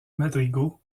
madrigaux